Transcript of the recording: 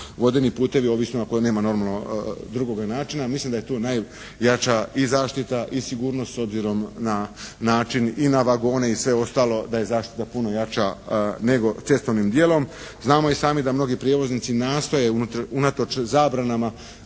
vodeni putevi ovisno ako nema normalno drugoga načina. Mislim da je tu najjača i zaštita i sigurnost s obzirom na način i na vagone i sve ostalo da je zaštita puno jača nego cestovnim dijelom. Znamo i sami da mnogi prijevoznici nastoje unatoč zabranama